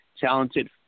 talented